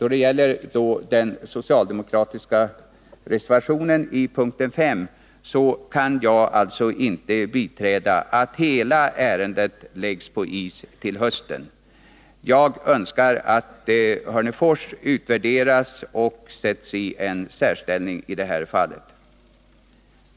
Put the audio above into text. Beträffande den socialdemokratiska reservationen, punkten 5, kan jag alltså inte rösta på att hela ärendet läggs på is till hösten. Jag önskar att Hörnefors utvärderas och får en särställning i det fallet.